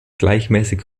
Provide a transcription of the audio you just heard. gleichmäßig